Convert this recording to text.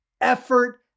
effort